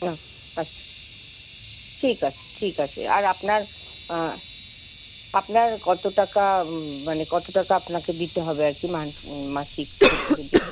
হুম আচ্ছা ঠিক আছে ঠিক আছে আর আপনার আপনার কত টাকা মানে কত টাকা আপনাকে দিতে হবে আর কি মাসিক